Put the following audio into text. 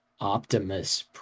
Optimus